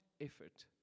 effort